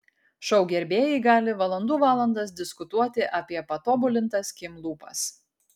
šou gerbėjai gali valandų valandas diskutuoti apie patobulintas kim lūpas